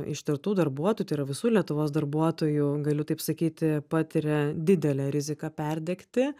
ištirtų darbuotojų yra visų lietuvos darbuotojų galiu taip sakyti patiria didelę riziką perdegti